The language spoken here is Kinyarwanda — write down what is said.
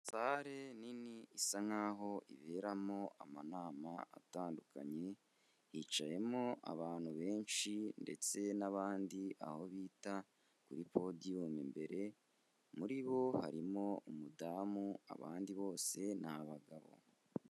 Sare nini isa nkaho iberamo amanama atandukanye, hicayemo abantu benshi ndetse n'abandi, aho bita kuri podiyumu imbere, muri bo harimo umudamu abandi bose ni abagabo.